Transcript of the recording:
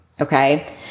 Okay